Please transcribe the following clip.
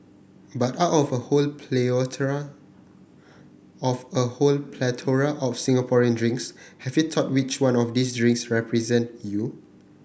but out of a whole of a whole plethora of Singaporean drinks have you thought which one of these drinks represent you